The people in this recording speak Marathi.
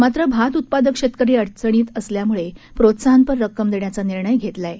मात्र भात उत्पादक शेतकरी अडचणीत असल्यामुळे प्रोत्साहनपर रक्कम देण्याचा निर्णय घेतला आहे